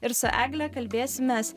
ir su egle kalbėsimės